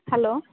hello